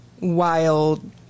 Wild